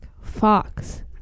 Fox